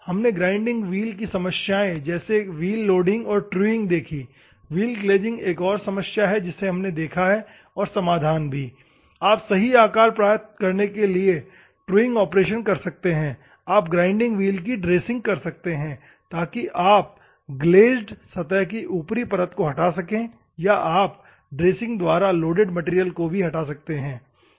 हमने grinding wheel की समस्याएं जैसे व्हील लोडिंग और ट्रूइंग देखी हैं व्हील ग्लेज़िंग एक और समस्या है जिसे हमने देखा है और समाधान में आप सही आकार प्राप्त करने के लिए ट्रूइंग ऑपरेशन कर सकते हैं आप ग्राइंडिंग व्हील की ड्रेसिंग कर सकते हैं ताकि आप ग्लेज़ेड सतह की ऊपरी परत को हटा सकें या आप ड्रेसिंग ऑपरेशन द्वारा लोडेड मैटेरियल को भी हटा सकते है